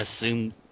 assume